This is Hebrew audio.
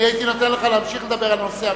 הייתי נותן לך להמשיך לדבר על הנושא,